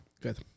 Good